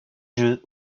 jeux